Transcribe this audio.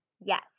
yes